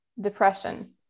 depression